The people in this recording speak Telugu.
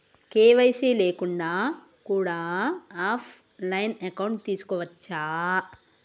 కే.వై.సీ లేకుండా కూడా ఆఫ్ లైన్ అకౌంట్ తీసుకోవచ్చా?